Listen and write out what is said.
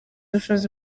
ubushobozi